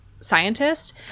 scientist